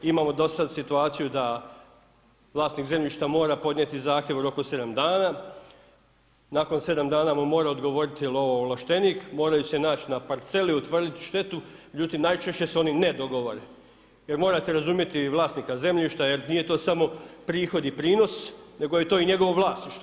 Imamo do sad situaciju da vlasnik zemljišta mora podnijeti zahtjev u roku 7 dana, nakon 7 dana mu mora odgovoriti lovoovlaštenik, moraju se naći na parceli, utvrditi štetu, međutim najčešće se oni ne dogovore jer morate razumje i vlasnika zemljišta jer nije to samo prihod i prinos nego je to i njegovo vlasništvo.